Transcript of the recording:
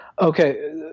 Okay